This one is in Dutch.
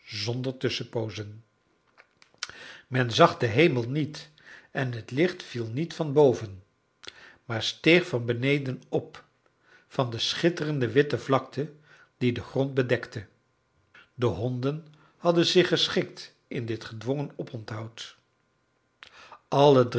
zonder tusschenpoozen men zag den hemel niet en het licht viel niet van boven maar steeg van beneden op van de schitterende witte vlakte die den grond bedekte de honden hadden zich geschikt in dit gedwongen oponthoud alle